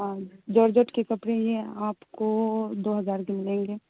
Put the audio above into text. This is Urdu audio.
ہاں جارجٹ کے کپڑے یہ آپ کو دو ہزار کے ملیں گے